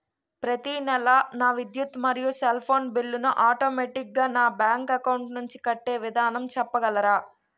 ప్రతి నెల నా విద్యుత్ మరియు సెల్ ఫోన్ బిల్లు ను ఆటోమేటిక్ గా నా బ్యాంక్ అకౌంట్ నుంచి కట్టే విధానం చెప్పగలరా?